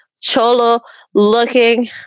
cholo-looking